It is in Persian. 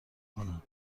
کنن